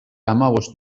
hamabost